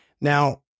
Now